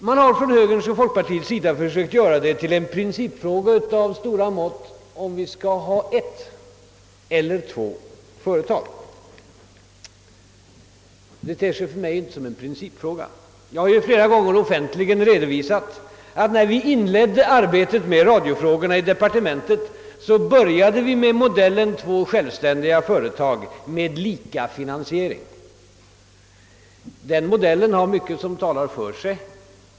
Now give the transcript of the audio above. Man har från högerns och folkpartiets sida försökt göra det till en principfråga av stora mått, om vi skall ha ett eller två företag. Detta ter sig för mig inte som en principfråga. Jag har ju ett flertal gånger offentligen rednvisat att vi, när vi i departementet inledde arbetet med radiofrågorna, började med modellen två självständiga företag med lika finansiering. Den modellen har mycket som talar för sig.